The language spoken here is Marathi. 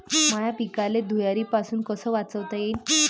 माह्या पिकाले धुयारीपासुन कस वाचवता येईन?